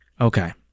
Okay